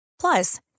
Plus